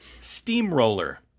Steamroller